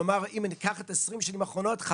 כלומר, אם ניקח את 20 השנים האחרונות,